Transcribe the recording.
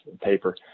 paper